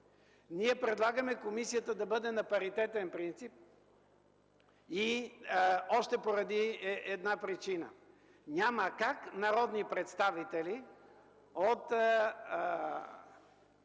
Ние предлагаме комисията да бъде на паритетен принцип още поради една причина – няма как народни представители от